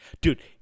Dude